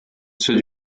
ceux